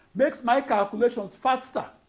makes my calculations faster.